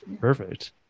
Perfect